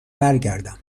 برگردم